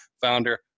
founder